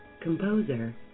composer